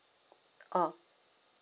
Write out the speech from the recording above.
oh